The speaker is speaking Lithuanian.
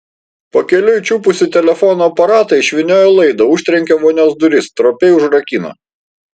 pakeliui čiupusi telefono aparatą išvyniojo laidą užtrenkė vonios duris stropiai užrakino